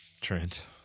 Trent